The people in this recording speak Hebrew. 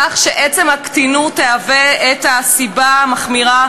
כך שעצם הקטינות תהווה את הסיבה המחמירה,